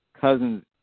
Cousins